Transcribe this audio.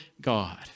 God